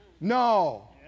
No